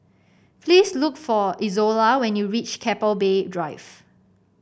please look for Izola when you reach Keppel Bay Drive